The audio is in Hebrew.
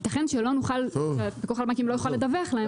ייתכן שהפיקוח על הבנקים לא יוכל לדווח להם.